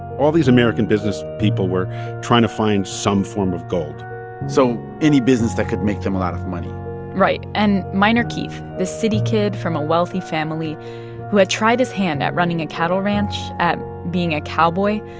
all these american business people were trying to find some form of gold so any business that could make them a lot of money right. and minor keith, this city kid from a wealthy family who had tried his hand at running a cattle ranch at being a cowboy,